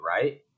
right